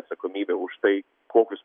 atsakomybė už tai kokius